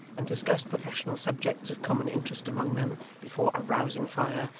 and discuss professional subjects of common interest among them before a rousing fire,